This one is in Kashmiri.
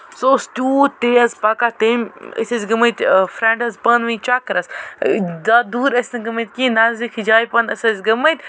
تیز پَکان بیٚیہِ أسۍ ٲسۍ گٔمٕتۍ فرٮ۪نڈٕس پانہٕ ؤنۍ چَکرَس زیادٕ دوٗر ٲسۍ نہٕ گٔمٕتۍ نَزدیٖکٕے جایہِ کون ٲسۍ أسۍ گٔمٕتۍ مطلب ییٚلہِ أسۍ تَتھ گاڈِ